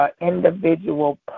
Individual